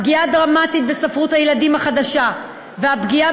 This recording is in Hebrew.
הפגיעה הדרמטית בספרות הילדים החדשה והפגיעה